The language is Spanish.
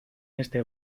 este